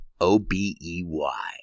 O-B-E-Y